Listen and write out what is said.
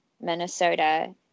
minnesota